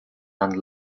and